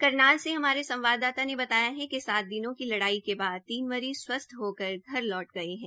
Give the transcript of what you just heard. करनाल से हमारे संवाददाता ने बताया है कि सात दिनों लड़ाई के बाद तीन मरीज़ स्वस्थ हो कर घर लौट गये है